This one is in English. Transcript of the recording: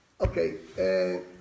Okay